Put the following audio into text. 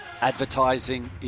advertising